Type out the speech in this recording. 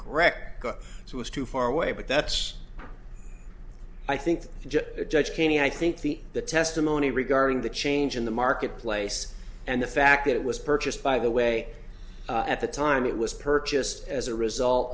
correct it was too far away but that's i think judge katie i think the the testimony regarding the change in the marketplace and the fact that it was purchased by the way at the time it was purchased as a result